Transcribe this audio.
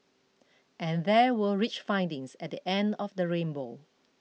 and there were rich findings at the end of the rainbow